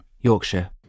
Yorkshire